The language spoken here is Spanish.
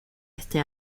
este